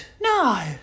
No